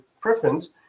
preference